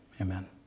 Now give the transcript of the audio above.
amen